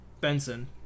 Benson